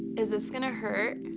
is this gonna hurt?